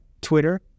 Twitter